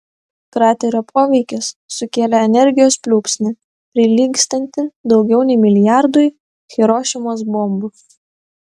kraterio poveikis sukėlė energijos pliūpsnį prilygstantį daugiau nei milijardui hirošimos bombų